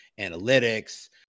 analytics